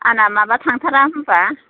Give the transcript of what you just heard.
आंना माबा थांथारा होम्बा